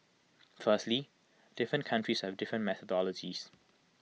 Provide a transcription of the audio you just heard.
firstly different countries have different methodologies